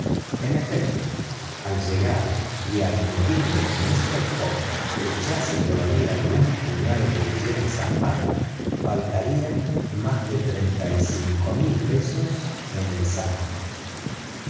en efecto al llegar y admitiendo que mister fogg echase todavía algunos puñados de billetes al mar faltarían más de siete mil libras en el saco